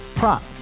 Prop